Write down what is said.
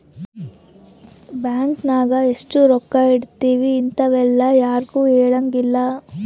bank ನಾಗ ಎಷ್ಟ ರೊಕ್ಕ ಇಟ್ತೀವಿ ಇಂತವೆಲ್ಲ ಯಾರ್ಗು ಹೆಲಂಗಿಲ್ಲ